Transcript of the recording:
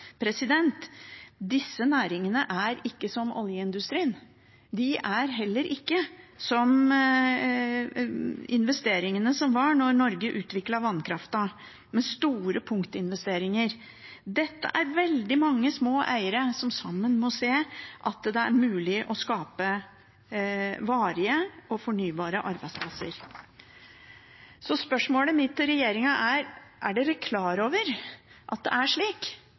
Disse næringene er ikke som oljeindustrien. Det er heller ikke slik som det var da Norge utviklet vannkraften, med store punktinvesteringer. Dette er veldig mange små eiere som sammen må se at det er mulig å skape varige og fornybare arbeidsplasser. Spørsmålet mitt til regjeringen er: Er de klar over at det